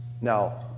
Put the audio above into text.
Now